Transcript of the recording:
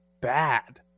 bad